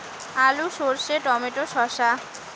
আলু সর্ষে টমেটো শসা